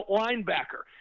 linebacker